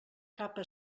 capa